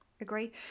agree